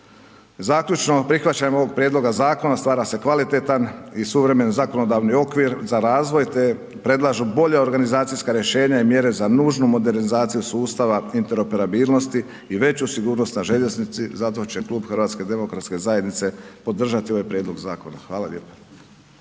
Zaključno, prihvaćanjem ovog prijedloga zakona stvara se kvalitetan i suvremen zakonodavni okvir za razvoj, te predlažu bolja organizacijska rješenja i mjere za nužnu modernizaciju sustava interoperabilnosti i veću sigurnost na željeznici, zato će Klub HDZ-a podržati ovaj prijedlog zakona. Hvala lijepa.